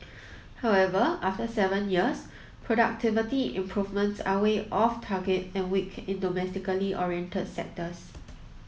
however after seven years productivity improvements are way off target and weak in domestically oriented sectors